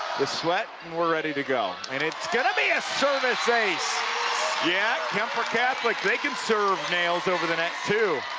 the sweat and we're ready to go. and it's going to be a service ace yeah, kuemper catholic they can serve nails over the net too.